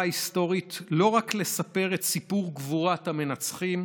ההיסטורית לא רק לספר את סיפור גבורת המנצחים,